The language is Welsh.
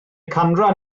canran